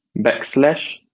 backslash